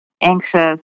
anxious